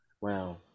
Wow